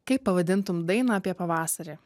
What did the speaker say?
kaip pavadintum dainą apie pavasarį